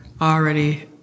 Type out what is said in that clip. already